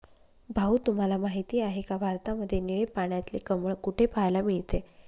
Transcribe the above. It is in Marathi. भाऊ तुम्हाला माहिती आहे का, भारतामध्ये निळे पाण्यातले कमळ कुठे पाहायला मिळते?